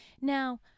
Now